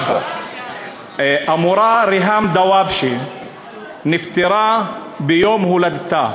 המורה ריהאם דוואבשה נפטרה ביום-הולדתה.